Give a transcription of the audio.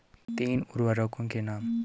तीन उर्वरकों के नाम?